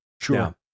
Sure